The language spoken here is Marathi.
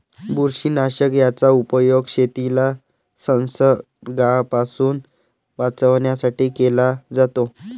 बुरशीनाशक याचा उपयोग शेतीला संसर्गापासून वाचवण्यासाठी केला जातो